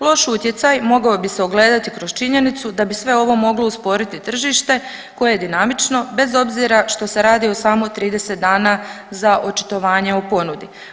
Loš utjecaj mogao bi se ogledati kroz činjenicu da bi sve ovo moglo usporiti tržište koje je dinamično bez obzira što se radi o samo 30 dana za očitovanje o ponudi.